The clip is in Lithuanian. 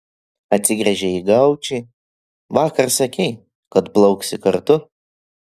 atsigręžė į gaučį vakar sakei kad plauksi kartu